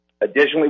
Additionally